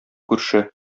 күрше